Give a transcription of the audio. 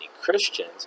Christians